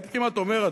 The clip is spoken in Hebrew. הייתי כמעט אומר,